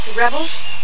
Rebels